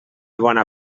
bona